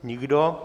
Nikdo.